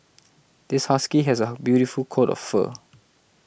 this husky has a beautiful coat of fur